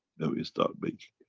then we start baking.